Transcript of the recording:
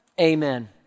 amen